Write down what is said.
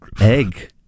Egg